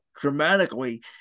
dramatically